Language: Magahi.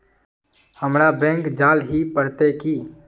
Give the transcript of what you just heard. हमरा बैंक जाल ही पड़ते की?